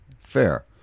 Fair